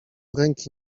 ręki